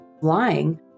lying